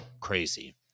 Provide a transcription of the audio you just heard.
crazy